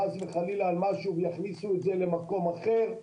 משהו חס וחלילה ויכניסו את זה למקום אחד.